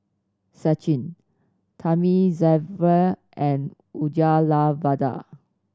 Sachin Thamizhavel and Uyyalawada